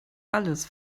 alles